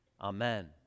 Amen